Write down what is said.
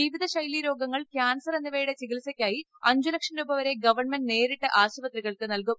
അജീവിതശൈലി രോഗങ്ങൾ കാൻസർ എന്നിവയുടെ ചികിത്സയ്ക്കായി അഞ്ചു ലക്ഷം രൂപവരെ ഗവൺമെന്റ് നേരിട്ട് ആശുപത്രികൾക്ക് നൽകും